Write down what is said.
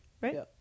right